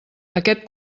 aquest